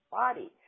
body